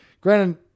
granted